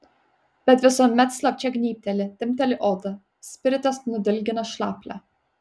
bet visuomet slapčia gnybteli timpteli odą spiritas nudilgina šlaplę